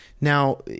Now